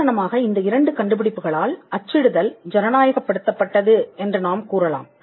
உதாரணமாக இந்த இரண்டு கண்டுபிடிப்புகளால் அச்சிடுதல் ஜனநாயகப் படுத்தப்பட்டது என்று நாம் கூறலாம்